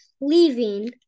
leaving